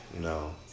No